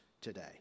today